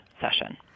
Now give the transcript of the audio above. session